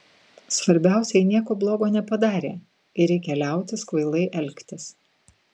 svarbiausia ji nieko blogo nepadarė ir reikia liautis kvailai elgtis